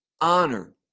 honor